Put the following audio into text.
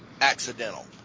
accidental